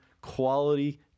quality